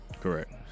Correct